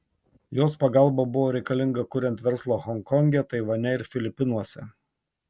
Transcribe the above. jos pagalba buvo reikalinga kuriant verslą honkonge taivane ir filipinuose